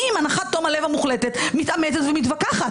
אני עם הנחת תום הלב המוחלטת מתעמתת ומתווכחת,